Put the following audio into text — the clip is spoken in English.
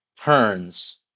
turns